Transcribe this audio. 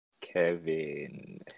Kevin